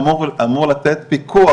אמור לתת פיקוח,